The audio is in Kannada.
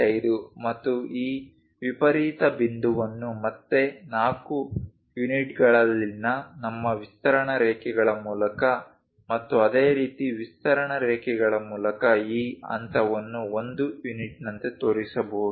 5 ಮತ್ತು ಈ ವಿಪರೀತ ಬಿಂದುವನ್ನು ಮತ್ತೆ 4 ಯೂನಿಟ್ಗಳಲ್ಲಿನ ನಮ್ಮ ವಿಸ್ತರಣಾ ರೇಖೆಗಳ ಮೂಲಕ ಮತ್ತು ಅದೇ ರೀತಿ ವಿಸ್ತರಣಾ ರೇಖೆಗಳ ಮೂಲಕ ಈ ಹಂತವನ್ನು 1 ಯೂನಿಟ್ನಂತೆ ತೋರಿಸಬಹುದು